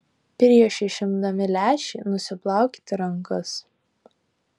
prieš išimdami lęšį nusiplaukite rankas